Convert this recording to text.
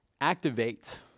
activate